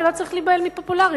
ולא צריך להיבהל מפופולרי,